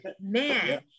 man